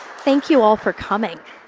thank you, all for coming.